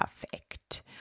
Perfect